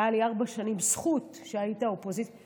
והייתה לי זכות שהיית אופוזיציה ארבע שנים.